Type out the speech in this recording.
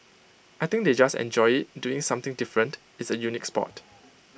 I think they just enjoy doing something different it's A unique Sport